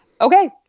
okay